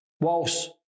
Whilst